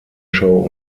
show